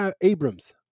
Abrams